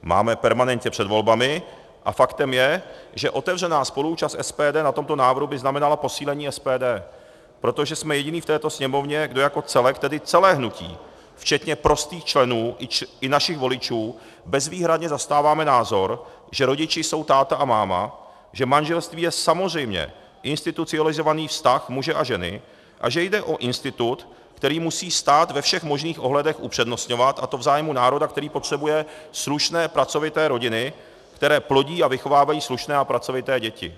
Máme permanentně před volbami a faktem je, že otevřená spoluúčast SPD na tomto návrhu by znamenala posílení SPD, protože jsme jediní v této Sněmovně, kdo jako celek, tedy celé hnutí včetně prostých členů i našich voličů, bezvýhradně zastáváme názor, že rodiči jsou táta a máma, že manželství je samozřejmě institucionalizovaný vztah muže a ženy a že jde o institut, který musí stát ve všech možných ohledech upřednostňovat, a to v zájmu národa, který potřebuje slušné pracovité rodiny, které plodí a vychovávají slušné a pracovité děti.